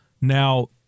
Now